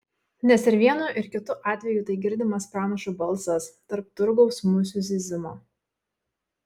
nes ir vienu ir kitu atveju tai girdimas pranašo balsas tarp turgaus musių zyzimo